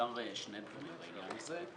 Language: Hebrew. אפשר שני דברים בעניין הזה.